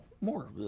more